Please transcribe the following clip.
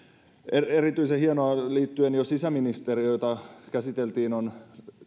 erityisen hienoa liittyen jo sisäministeriöön jota käsiteltiin on